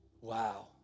wow